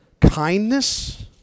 Kindness